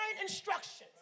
instructions